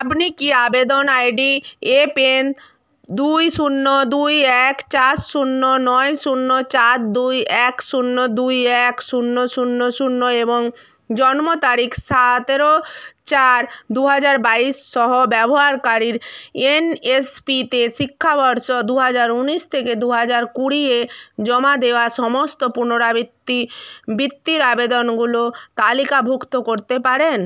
আপনি কি আবেদন আই ডি এপি এন দুই শূন্য দুই এক চার শূন্য নয় শূন্য চার দুই এক শূন্য দুই এক শূন্য শূন্য শূন্য এবং জন্ম তারিখ সতেরো চার দু হাজার বাইশসহ ব্যবহারকারীর এন এস পিতে শিক্ষাবর্ষ দু হাজার উনিশ থেকে দু হাজার কুড়ি এ জমা দেওয়া সমস্ত পুনরাবৃত্তি বৃত্তির আবেদনগুলো তালিকাভুক্ত করতে পারেন